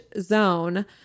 zone